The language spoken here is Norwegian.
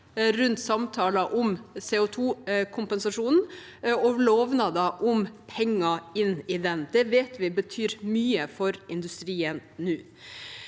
rundt samtaler om CO2-kompensasjonen og lovnader om penger inn i den – det vet vi betyr mye for industrien nå